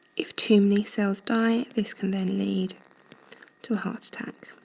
if too many cells die, this can then lead to heart attack.